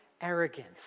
arrogance